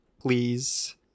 please